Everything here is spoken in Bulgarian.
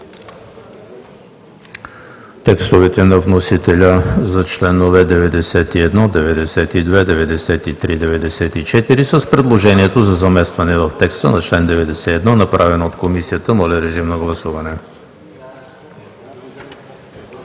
текстовете на вносителя за членове 91, 92, 93 и 94 с предложението за заместване в текста на чл. 91, направено от Комисията. Гласували